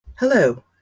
Hello